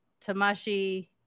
Tamashi